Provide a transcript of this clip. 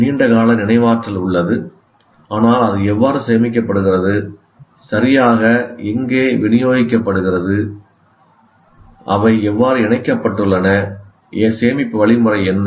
நீண்ட கால நினைவாற்றல் உள்ளது ஆனால் அது எவ்வாறு சேமிக்கப்படுகிறது சரியாக எங்கே விநியோகிக்கப்படுகிறது அவை எவ்வாறு இணைக்கப்பட்டுள்ளன சேமிப்பு வழிமுறை என்ன